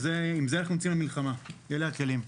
עם זה אנחנו יוצאים למלחמה, אלה הכלים.